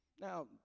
Now